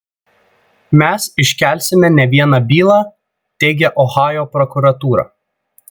mes iškelsime ne vieną bylą teigia ohajo prokuratūra